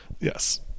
Yes